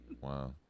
Wow